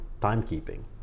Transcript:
timekeeping